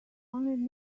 only